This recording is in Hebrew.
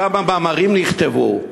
כמה מאמרים נכתבו?